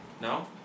No